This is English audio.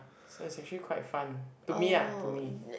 so is actually quite fun to me ah to me